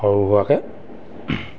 সৰু সুৰাকৈ